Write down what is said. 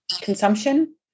consumption